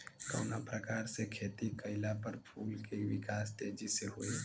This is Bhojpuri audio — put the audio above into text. कवना प्रकार से खेती कइला पर फूल के विकास तेजी से होयी?